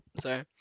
sorry